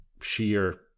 sheer